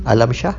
alam shah